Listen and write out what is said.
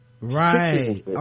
Right